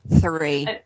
Three